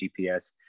GPS